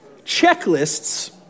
Checklists